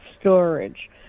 storage